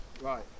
Right